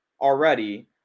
already